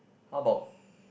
how about